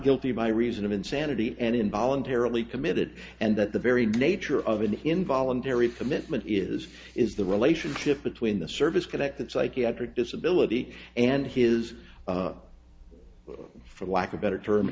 guilty by reason of insanity and in voluntarily committed and that the very nature of an involuntary commitment is is the relationship between the service connected psychiatric disability and his for lack of better term